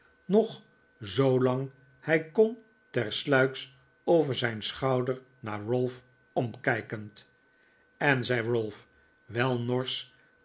nog zoolang hij kon tersluiks over zijn schouder naar ralph omkijkend en zei ralph wel norsch